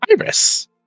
Iris